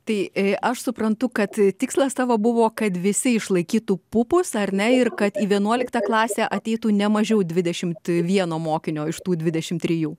tai aš suprantu kad tikslas tavo buvo kad visi išlaikytų pupus ar ne ir kad į vienuoliktą klasę ateitų ne mažiau dvidešimt vieno mokinio iš tų didešim trijų